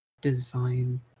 design